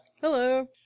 Hello